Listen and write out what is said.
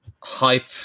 hype